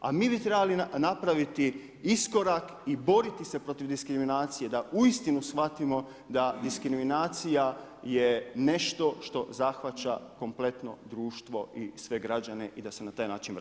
A mi bi trebali napraviti iskorak i boriti se protiv diskriminacije, da uistinu shvatimo, da diskriminacija je nešto što zahvaća kompletno društvo i sve građane i da se na taj način vraća.